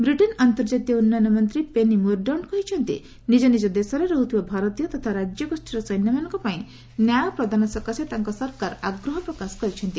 Britain ଅନ୍ତର୍ଜାତୀୟ ଉନ୍ନୟନ ମନ୍ତ୍ରୀ ପେନି ମୋରଡାଉଣ୍ଟ କହିଛନ୍ତି ନିଜନିକ ଦେଶରେ ରହୁଥିବା ଭାରତୀୟ ତଥା ରାଜ୍ୟଗୋଷ୍ଠୀର ସୈନ୍ୟମାନଙ୍କ ପାଇଁ ନ୍ୟାୟ ପ୍ରଦାନ ସକାଶେ ତାଙ୍କ ସରକାର ଆଗ୍ରହ ପ୍ରକାଶ କରିଛନ୍ତି